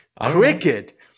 Cricket